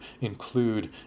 include